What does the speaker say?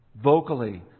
Vocally